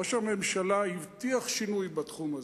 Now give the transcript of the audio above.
ראש הממשלה הבטיח שינוי בתחום הזה,